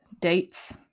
dates